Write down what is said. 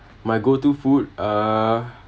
my go-to food err